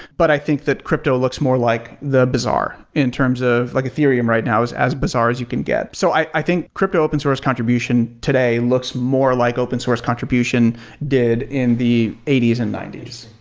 but i think that crypto looks more like the bazaar in terms of like ethereum right now, as as bazaar as you can get. so i think crypto open source contribution today looks more like open source contribution did in the eighty s and ninety s.